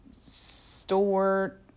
store